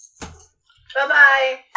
Bye-bye